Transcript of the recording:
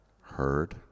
heard